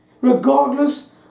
regardless